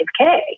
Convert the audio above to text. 5K